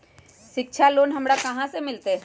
शिक्षा लोन हमरा कहाँ से मिलतै?